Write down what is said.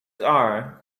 are